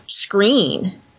screen